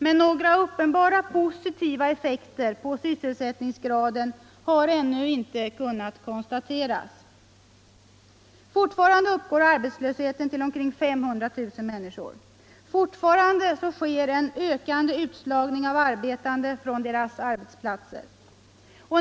Men några uppenbara positiva effekter på sysselsättningsgraden har ännu inte kunnat konstateras. Fortfarande uppgår arbetslösheten till omkring 500 000 människor. Fortfarande sker en ökande utslagning av arbetande från deras arbetsplatser.